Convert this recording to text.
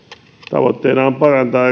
tavoitteena on parantaa